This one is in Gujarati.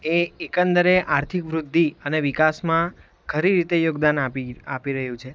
એ એકંદરે આર્થિક વૃદ્ધિ અને વિકાસમાં ખરી રીતે યોગદાન આપી આપી રહ્યું છે